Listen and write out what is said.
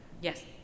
Yes